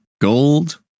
Gold